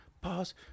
pause